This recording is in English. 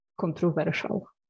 controversial